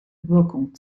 wirkung